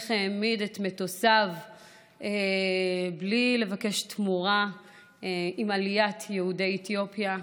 איך העמיד את מטוסיו בלי לבקש תמורה בעליית יהודי אתיופיה.